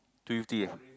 to Yew-Tee ah